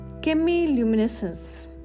chemiluminescence